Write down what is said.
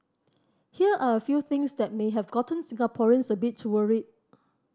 here are a few things that may have gotten Singaporeans a bit worried